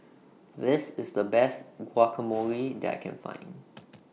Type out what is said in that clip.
This IS The Best Guacamole that I Can Find